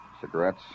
Cigarettes